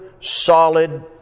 solid